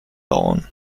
lawn